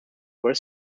were